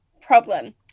problem